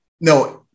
No